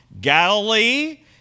Galilee